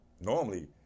Normally